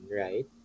right